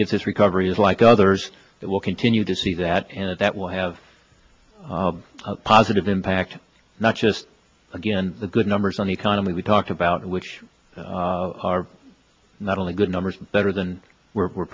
if this recovery is like others it will continue to see that and that will have a positive impact not just again the good numbers on the economy we talked about which are not only good numbers better than we're